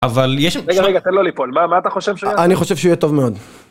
אבל יש... רגע, רגע, תן לו ליפול, מה אתה חושב שיהיה? אני חושב שהוא יהיה טוב מאוד.